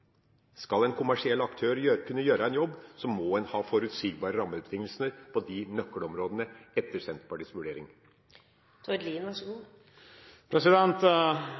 Skal en kommersiell aktør kunne gjøre en jobb, må en ha forutsigbare rammebetingelser på disse nøkkelområdene, etter Senterpartiets vurdering.